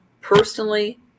personally